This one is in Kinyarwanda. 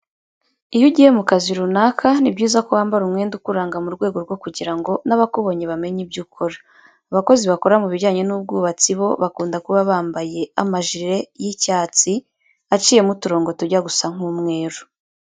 Iyo ugiye mu kazi runaka, ni byiza ko wambara umwenda ukuranga mu rwego rwo kugira ngo n'abakubonye bamenye ibyo ukora. Abakozi bakora mu bijyanye n'ubwubatsi bo bakunda kuba bambaye amajire y'icyatsi aciyemo uturongo tujya gusa nk'umweru.